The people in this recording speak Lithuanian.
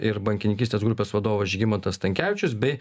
ir bankininkystės grupės vadovas žygimantas stankevičius bei